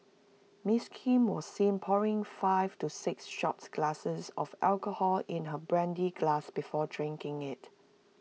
miss Kim was seen pouring five to six shot glasses of alcohol in her brandy glass before drinking IT